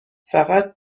فقط